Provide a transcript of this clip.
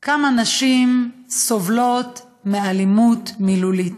כמה נשים סובלות מאלימות מילולית,